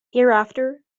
hereafter